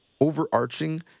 overarching